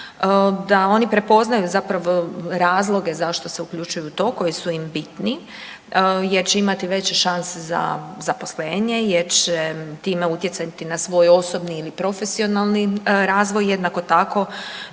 da oni prepoznaju zapravo razloge zašto se uključuju u to koji su im biti jer će imati veće šanse za zaposlenje, jer će time utjecati na svoj osobni ili profesionalni razvoj. Jednako tako